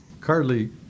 Carly